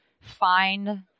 find